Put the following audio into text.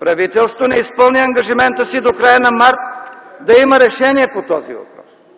Правителството не изпълни ангажимента си до края на м. март – да има решение по този въпрос.